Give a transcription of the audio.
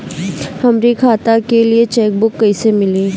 हमरी खाता के लिए चेकबुक कईसे मिली?